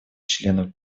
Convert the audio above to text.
членов